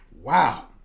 Wow